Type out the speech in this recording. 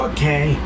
Okay